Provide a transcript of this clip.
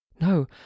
no